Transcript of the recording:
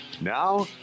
Now